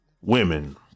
women